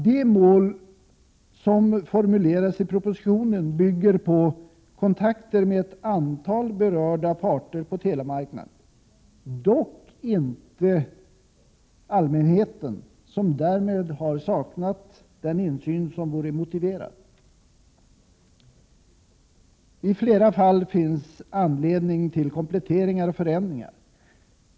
De mål som formuleras i propositionen bygger på kontakter med ett antal berörda parter på telemarknaden — dock inte allmänheten som därmed har saknat den insyn som vore motiverad. I flera fall finns anledning till kompletteringar och förändringar.